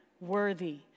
worthy